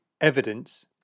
evidence